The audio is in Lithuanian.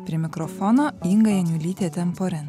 prie mikrofono inga janiulytė temporin